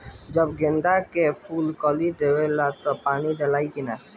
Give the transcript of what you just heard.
जब गेंदे के फुल कली देवेला तब पानी डालाई कि न?